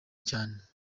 cyane